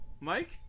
Mike